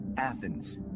Athens